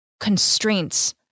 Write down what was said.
constraints